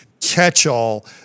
catch-all